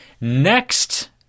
next